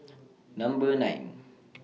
Number nine